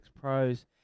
pros